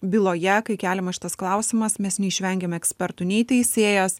byloje kai keliamas šitas klausimas mes neišvengiam ekspertų nei teisėjas